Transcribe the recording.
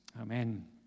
Amen